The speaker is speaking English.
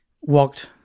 walked